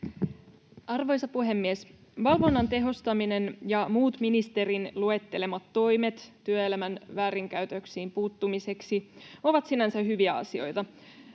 Arvoisa puhemies! Valvonnan tehostaminen ja muut ministerin luettelemat toimet työelämän väärinkäytöksiin puuttumiseksi ovat sinänsä hyviä asioita.